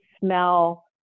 smell